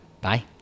Bye